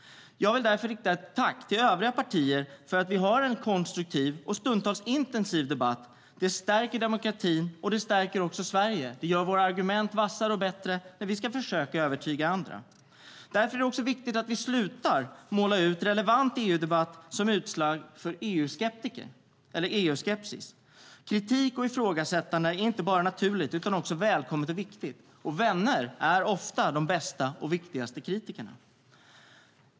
Jag vill rikta ett tack till övriga partier för att vi har en konstruktiv och stundtals intensiv debatt. Det stärker demokratin, och det stärker Sverige. Det gör våra argument vassare och bättre när vi ska försöka övertyga andra. Därför är det viktigt att vi slutar måla ut relevant EU-debatt som ett utslag av EU-skepsis. Kritik och ifrågasättande är inte bara naturligt utan också välkommet och viktigt. Vänner är ofta de bästa och viktigaste kritikerna.